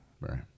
Right